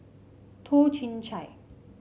Toh Chin Chye